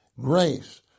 Grace